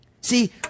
See